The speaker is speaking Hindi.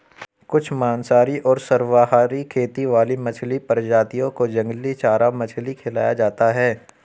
कुछ मांसाहारी और सर्वाहारी खेती वाली मछली प्रजातियों को जंगली चारा मछली खिलाया जाता है